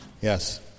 yes